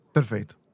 Perfeito